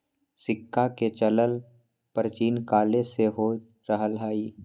सिक्काके चलन प्राचीन काले से हो रहल हइ